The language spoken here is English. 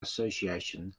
association